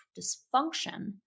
dysfunction